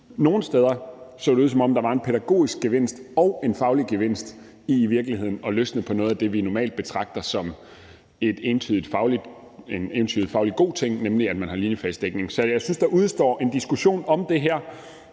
det i virkeligheden ud, som om det var en pædagogisk gevinst og en faglig gevinst at løsne på noget af det, vi normalt betragter som en entydigt fagligt god ting, nemlig at man har linjefagsdækning. Så jeg synes, der udestår en diskussion om det her,